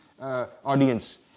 audience